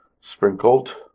sprinkled